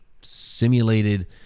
simulated